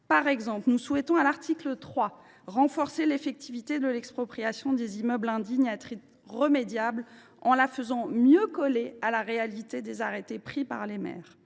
Par exemple, nous souhaitons, à l’article 3, renforcer l’effectivité de l’expropriation des immeubles indignes à titre remédiable, en la faisant mieux coller à la réalité des arrêtés pris par les maires.